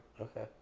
Okay